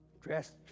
dressed